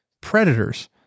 Predators